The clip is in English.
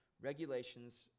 regulations